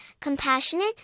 compassionate